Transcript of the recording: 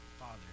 father